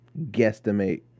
guesstimate